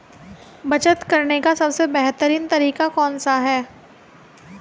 बचत करने का सबसे बेहतरीन तरीका कौन सा है?